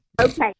Okay